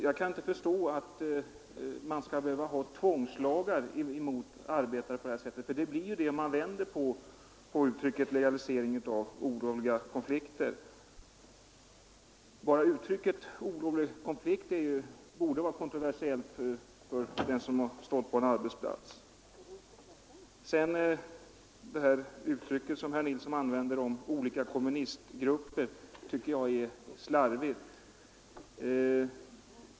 Jag kan inte förstå att det skall behövas tvångslagar mot arbetare — för det är vad det blir, om man vänder på uttrycket ”legalisering av olovliga konflikter”. Redan uttrycket ”olovliga konflikter” borde uppfattas som kontroversiellt av den som har stått på en arbetsplats. Sedan tycker jag att uttrycket ”olika kommunistgrupper” som herr Nilsson använde är slarvigt.